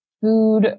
food